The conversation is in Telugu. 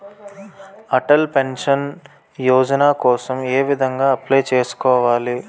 అటల్ పెన్షన్ యోజన కోసం ఏ విధంగా అప్లయ్ చేసుకోవాలి?